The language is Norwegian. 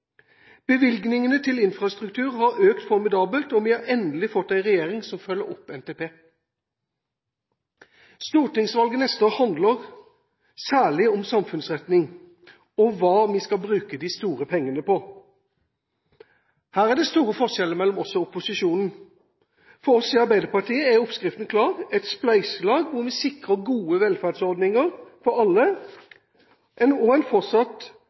Bevilgningene til infrastruktur har økt formidabelt, og vi har endelig fått en regjering som følger opp NTP. Stortingsvalget neste år handler særlig om samfunnsretning og om hva vi skal bruke de store pengene på. Her er det store forskjeller mellom oss og opposisjonen. For oss i Arbeiderpartiet er oppskriften klar: et spleiselag hvor vi sikrer gode velferdsordninger for alle og en fortsatt